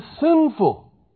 sinful